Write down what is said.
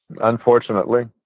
Unfortunately